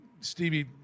stevie